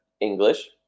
English